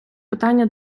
питання